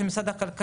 זה שהם לא באו רק